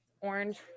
Orange